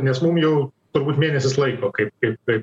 nes mum jau turbūt mėnesis laiko kaip kaip kaip